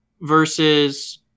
versus